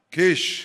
קיש,